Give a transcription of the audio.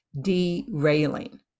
derailing